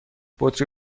بطری